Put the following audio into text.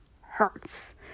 hurts